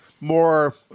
more